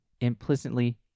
implicitly